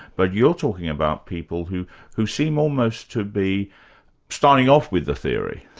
but you're talking about people who who seem almost to be starting off with the theory.